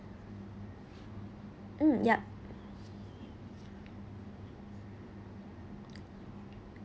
mm yup